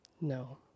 No